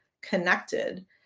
connected